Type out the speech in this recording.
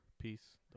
peace